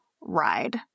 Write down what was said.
ride